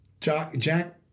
Jack